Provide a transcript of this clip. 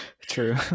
true